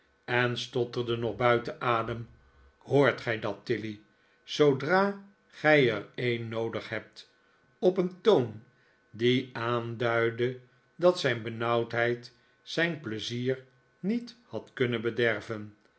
en stotterde nog buiten adem hoort gij dat tilly zoodra gij er een noodig hebt op een toon die aanduidde dat zijn benauwdheid zijn pleizier niet had kunnen bederven